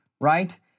right